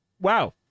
Wow